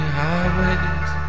highways